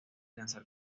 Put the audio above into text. lanzar